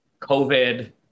COVID